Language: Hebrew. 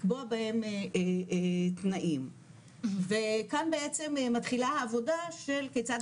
לקבוע בהן תנאים וכאן בעצם מתחילה העבודה של כיצד